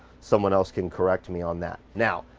someone else can correct me on that. now,